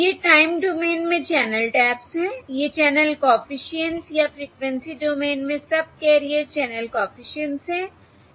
ये time domain में channel taps हैं ये चैनल कॉफिशिएंट्स या फ्रिकवेंसी डोमेन में सबकैरियर चैनल कॉफिशिएंट्स हैं